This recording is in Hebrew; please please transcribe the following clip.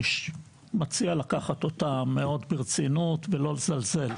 אני מציע לקחת אותם מאוד ברצינות ולא לזלזל.